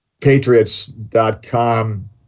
patriots.com